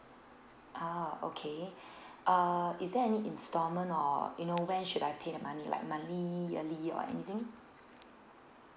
oh okay uh is there any instalment or you know when should I pay the money like monthly yearly or anything